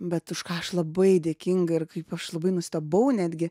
bet už ką aš labai dėkinga ir kaip aš labai nustebau netgi